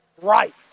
right